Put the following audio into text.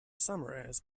summarize